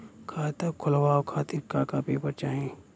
खाता खोलवाव खातिर का का पेपर चाही?